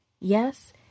Yes